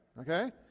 okay